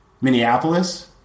Minneapolis